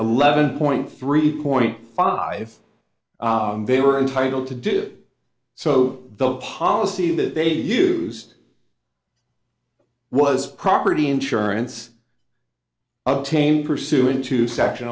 eleven point three point five they were entitled to do so the policy that they used was property insurance untamed pursuant to section